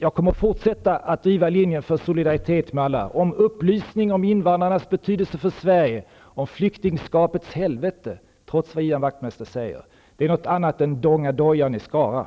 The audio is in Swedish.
Jag kommer att fortsätta att driva linjen för solidaritet med alla och upplysning om invandrarnas betydelse för Sverige och flyktingskapets helvete, oavsett vad Ian Wachtmeister säger. Det är någonting annat än att